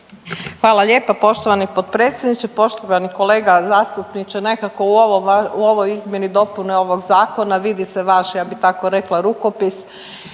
Hvala lijepa poštovani potpredsjedniče. Poštovani kolega zastupniče, nekako u ovoj izmjeni i dopuni ovog zakona vidi se vaš ja bi tako rekla rukopis